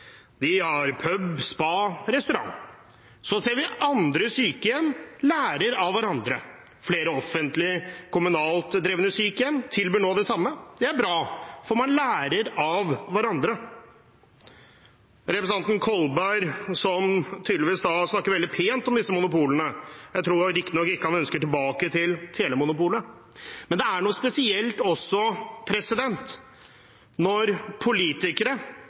De har pub, spa og restaurant. Så ser vi at ulike sykehjem lærer av hverandre. Flere offentlige, kommunalt drevne sykehjem tilbyr nå det samme. Det er bra, for man lærer av hverandre. Representanten Kolberg snakker tydeligvis veldig pent om disse monopolene, men jeg tror riktignok ikke han ønsker seg tilbake til telemonopolet. Det er også noe spesielt når politikere